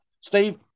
Steve